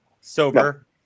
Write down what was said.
sober